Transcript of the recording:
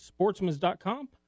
sportsmans.com